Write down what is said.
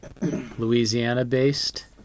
Louisiana-based